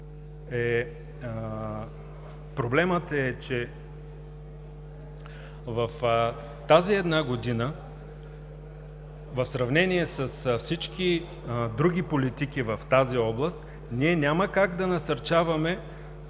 проблемът е, че в тази една година, в сравнение с всички други политики в тази област, ние няма как да насърчаваме